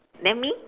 then me